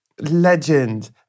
Legend